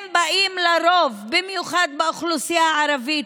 הם באים, לרוב, ובמיוחד באוכלוסייה הערבית,